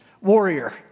warrior